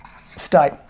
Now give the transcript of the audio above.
state